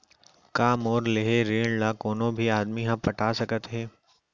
का मोर लेहे ऋण ला कोनो भी आदमी ह पटा सकथव हे?